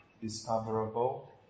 discoverable